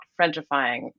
Frenchifying